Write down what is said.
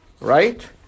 right